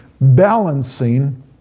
balancing